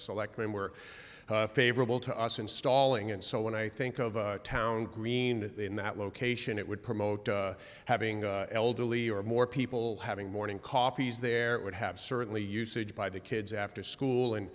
selectmen were favorable to us installing and so when i think of a town green in that location it would promote having elderly or more people having morning coffees there would have certainly usage by the kids after school and